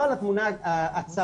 ולא על התמונה הצרה.